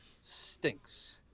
stinks